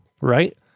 right